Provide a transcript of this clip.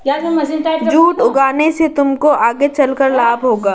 jute उगाने से तुमको आगे चलकर लाभ होगा